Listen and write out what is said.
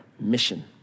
mission